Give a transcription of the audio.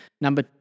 Number